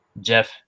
Jeff